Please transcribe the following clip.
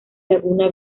laguna